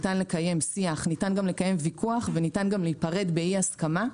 ניתן לקיים שיח, ויכוח ולהיפרד באי הסכמה.